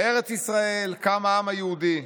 "בארץ ישראל קם העם היהודי,